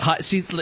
see